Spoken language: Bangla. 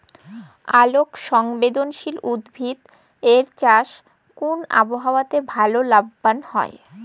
আলোক সংবেদশীল উদ্ভিদ এর চাষ কোন আবহাওয়াতে ভাল লাভবান হয়?